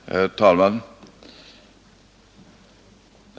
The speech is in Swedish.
Herr talman!